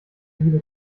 liebe